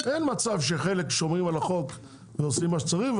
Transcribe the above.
אין מצב שחלק שומרים על החוק ועושים מה שצריך,